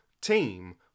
team